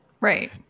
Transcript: Right